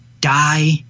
die